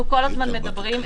אנחנו כל הזמן מדברים,